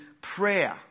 prayer